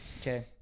Okay